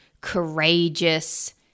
courageous